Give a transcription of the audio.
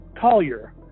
Collier